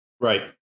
Right